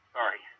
Sorry